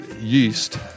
yeast